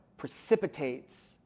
precipitates